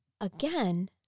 again